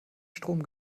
strom